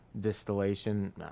distillation